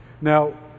now